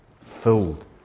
filled